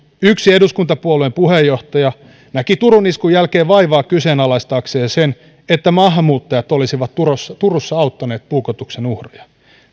yksi eduskuntapuolueen puheenjohtaja näki turun iskun jälkeen vaivaa kyseenalaistaakseen sen että maahanmuuttajat olisivat turussa turussa auttaneet puukotuksen uhria